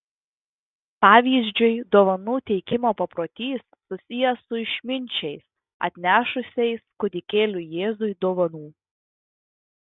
pavyzdžiui dovanų teikimo paprotys susijęs su išminčiais atnešusiais kūdikėliui jėzui dovanų